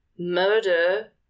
Murder